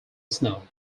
snow